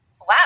Wow